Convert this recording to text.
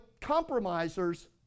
compromisers